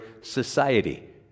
society